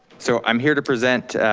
so i'm here to present